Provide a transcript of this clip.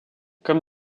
comme